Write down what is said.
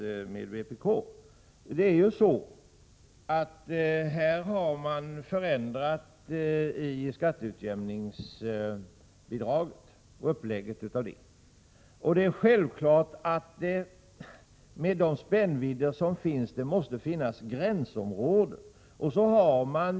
Uppläggningen av skatteutjämningsbidraget har ju förändrats. Med de spännvidder som finns är det självklart att det måste finnas gränsområden.